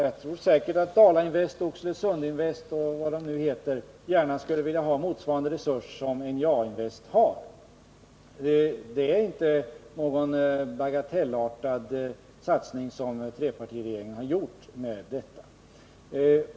Jag är ganska säker på att Dala Invest, Oxelöinvest och vad de än heter gärna skulle vilja ha motsvarande resurser som NJA-Invest har. Det är inte någon bagatellartad satsning som trepartiregeringen har gjort med detta.